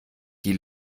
die